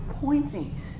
pointing